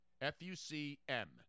F-U-C-M